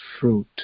fruit